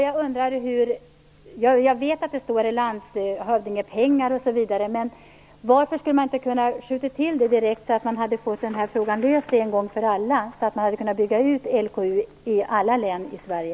Jag känner till vad som står om landshövdingspengar osv., men varför kunde man inte skjuta till det här direkt så att man hade kunnat lösa frågan en gång för alla och bygga LKU i alla län i Sverige?